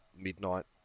midnight